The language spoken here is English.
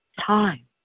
time